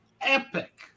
epic